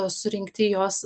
surinkti jos